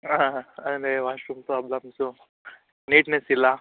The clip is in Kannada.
ಹಾಂ ಹಾಂ ಹಾಂ ಅದೇ ವಾಶ್ ರೂಮ್ ಪ್ರಾಬ್ಲಮ್ಸ್ ನಿಟ್ನೇಸ್ ಇಲ್ಲ